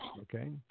Okay